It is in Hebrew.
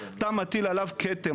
אתה מטיל עליו כתם.